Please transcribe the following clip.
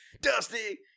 Dusty